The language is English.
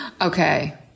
Okay